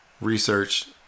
research